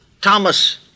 Thomas